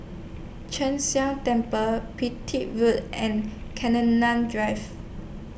Sheng Jia Temple Pipit Road and Drive